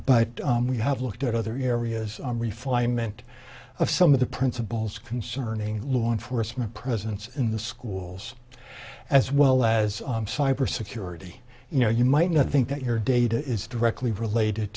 but we have looked at other areas on refinement of some of the principals concerning law enforcement presence in the schools as well as cyber security you know you might not think that your data is directly related